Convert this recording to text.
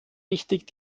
wichtig